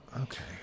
Okay